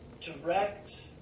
direct